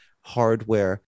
hardware